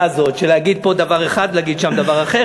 הזאת של להגיד פה דבר אחד ולהגיד שם דבר אחר,